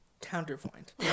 Counterpoint